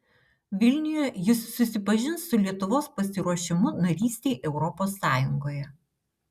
vilniuje jis susipažins su lietuvos pasiruošimu narystei europos sąjungoje